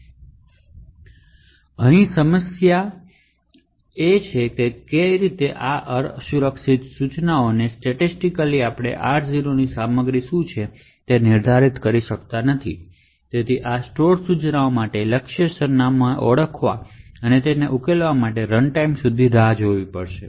હવે તે કેમ અસુરક્ષિત છે કેમ કે સ્ટેટિસ્ટિકલી આપણે R0 ની કનટેન્ટ શું છે તે નિર્ધારિત કરી શકતા નથી અને આ સ્ટોર ઇન્સટ્રકશન માટે ટાર્ગેટ સરનામું ઓળખવા અથવા તેને ઉકેલવા માટે રનટાઈમ સુધી રાહ જોવી પડશે